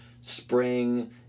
spring